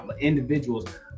individuals